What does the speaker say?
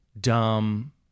Dumb